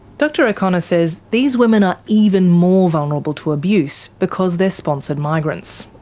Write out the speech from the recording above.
dr o'connor says these women are even more vulnerable to abuse because they're sponsored migrants.